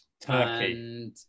Turkey